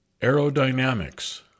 aerodynamics